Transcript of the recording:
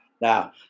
Now